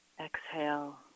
exhale